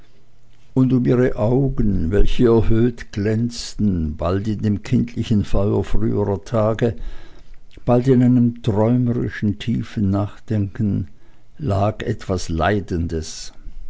und um ihre augen welche erhöht glänzten bald in dem kindlichen feuer früherer tage bald in einem träumerischen tiefen nachdenken lag etwas leidendes